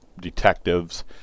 detectives